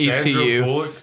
ECU